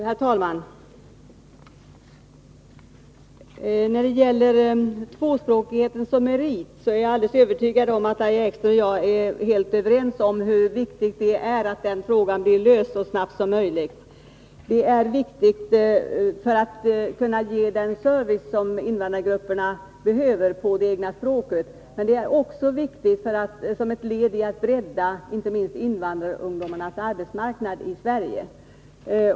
Herr talman! När det gäller tvåspråkighet som merit är jag alldeles övertygad om att Lahja Exner och jag är helt överens om hur viktigt det är att den frågan blir löst så snabbt som möjligt. Det är viktigt för att kunna ge den service som invandrarna behöver men det är viktigt också som ett led i att bredda inte minst invandrarungdomarnas arbetsmarknad i Sverige.